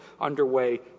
underway